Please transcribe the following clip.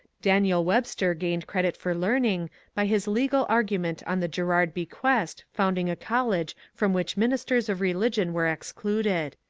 daniel webster gained credit for learning by his legal argument on the girard bequest founding a college from which ministers of religion were excluded.